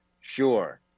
Sure